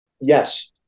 Yes